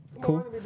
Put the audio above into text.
Cool